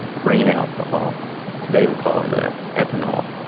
grain alcohol today we call it ah ethanol.